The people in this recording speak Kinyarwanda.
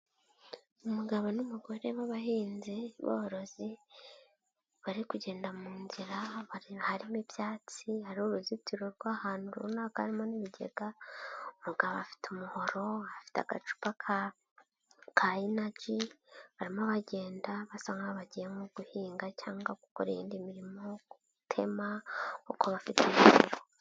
Umugabo n'umugore babshinzi borozi, bari kugenda mu nzira harimo ibyatsi, hari uruzitiro rw'ahantu runaka harimo n'ibigega, umugabo afite umuhoro, afite agacupa ka inagi, barimo bagenda basa nkaho bagiye guhinga cyangwa gukora iyindi mirimo gutema kuko bafite ibikoresho.